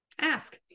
Ask